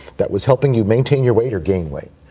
that was helping you maintain your weight or gain weight,